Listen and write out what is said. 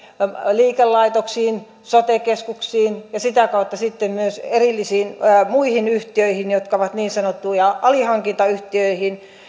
liikelaitoksiin sote keskuksiin ja sitä kautta sitten myös erillisiin muihin yhtiöihin jotka ovat niin sanottuja alihankintayhtiöitä